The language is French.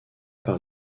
par